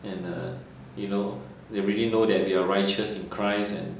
and uh you know they really know that we are righteous in christ eh